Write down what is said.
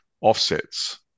offsets